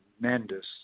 tremendous